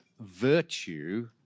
virtue